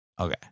Okay